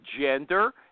gender